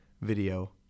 video